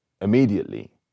immediately